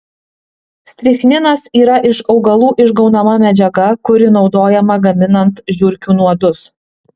strichninas yra iš augalų išgaunama medžiaga kuri naudojama gaminant žiurkių nuodus